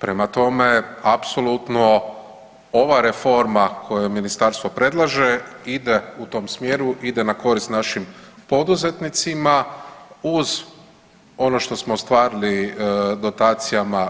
Prema tome, apsolutno ova reforma koju Ministarstvo predlaže ide u tom smjeru, ide na korist našim poduzetnicima, uz ono što smo ostvarili dotacijama